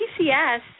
PCS